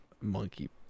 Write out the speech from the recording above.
monkey